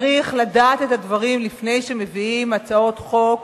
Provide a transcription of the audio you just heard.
צריך לדעת את הדברים לפני שמביאים הצעות חוק.